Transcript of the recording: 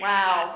Wow